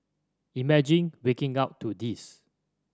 imagine waking up to this